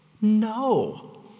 No